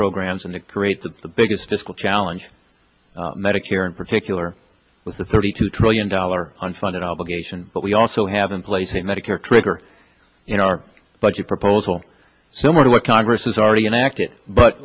programs and it creates the biggest fiscal challenge medicare in particular with the thirty two trillion dollar unfunded obligation but we also have in place a medicare trigger in our budget proposal similar to what congress has already enac